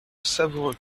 savoureux